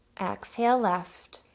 exhale left.